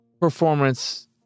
performance